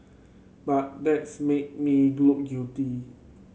but that's make me look guilty